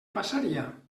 passaria